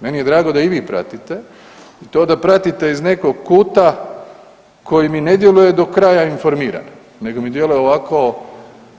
Meni je drago da i vi pratite i to da pratite iz nekog kuta koji mi ne djeluje do kraja informirano, nego mi djeluje ovako